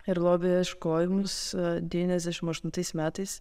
ir lobių ieškojimus devyniasdešim aštuntais metais